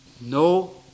no